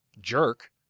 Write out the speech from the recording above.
jerk